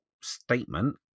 statement